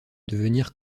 devenir